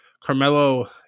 Carmelo